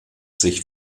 sich